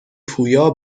پویا